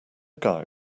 guy